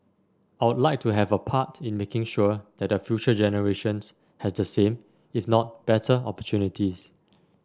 I'd like to have a part in making sure that the future generation has the same if not better opportunities